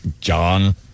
John